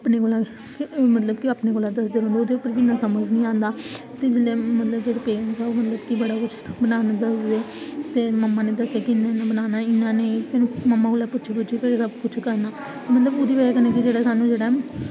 अपने मतलब कि अपने कोला दसदे न पर ओह् समझ निं आंदा ते जेल्लै पेई जंदे ते ओह् बड़ा किश बनांदे होइये ते मम्मा नै दस्सेआ कि इंया बनाना इंया नेईं ते मम्मा कोला पुच्छी पुच्छी बनाना ते ओह्दी बजह कन्नै केह् की स्हानू जेह्ड़ा